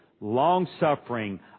long-suffering